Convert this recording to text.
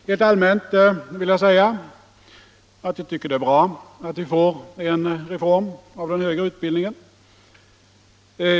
Rent allmänt vill jag säga att jag tycker att det är bra att vi får en reform av den högre utbildningen.